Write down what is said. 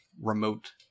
remote